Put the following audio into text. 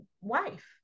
wife